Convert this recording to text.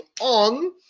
on